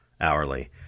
hourly